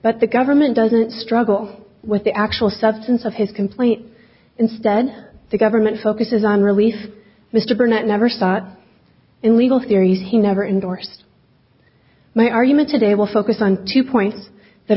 that the government doesn't struggle with the actual substance of his complaint instead the government focuses on relief mr burnett never sought in legal theories he never endorsed my argument today will focus on two points that